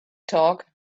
talk